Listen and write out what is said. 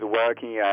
working